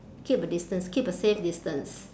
keep a distance keep a safe distance